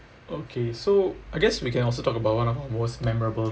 okay so I guess we can also talk about one of our most memorable